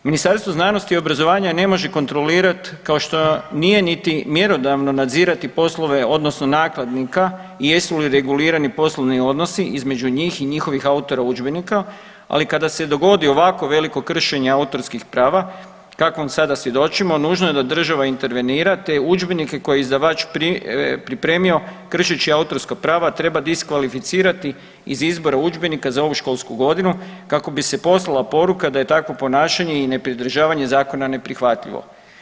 Ministarstvo znanosti i obrazovanja ne može kontrolirati kao što nije niti mjerodavno nadzirati poslove odnosno nakladnika i jesu li regulirani poslovni odnosi između njih i njihovih autora udžbenika, ali kada se dogodi ovako veliko kršenje autorskih prava kakvom sada svjedočimo nužno je da država intervenira te udžbenike koje je izdavač pripremi kršeći autorska prava treba diskvalificirati iz izbora udžbenika za ovu školsku godinu kako bi se poslala poruka da je takvo ponašanje i nepridržavanje zakona neprihvatljivo.